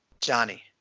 Johnny